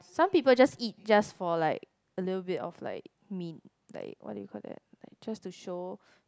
some people just eat just for like a little bit of like me~ like what do you call that like just to show